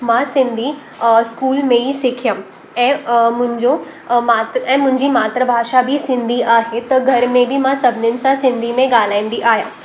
मां सिंधी स्कूल में ई सिखयमि ऐं मुंहिंजो मात्र ऐं मुंहिंजी मात्र भाषा बि सिंधी आहे त घर में बि मां सभिनीनि सां सिंधी में ॻाल्हाईंदी आहियां